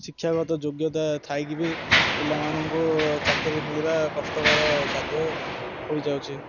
ଶିକ୍ଷାଗତ ଯୋଗ୍ୟତା ଥାଇକି ବି ପିଲାମାନଙ୍କୁ ଚାକିରି ମିଳିବା କଷ୍ଟକର ସାଧ୍ୟ ହୋଇଯାଉଛି